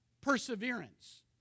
perseverance